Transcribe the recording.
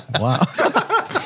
wow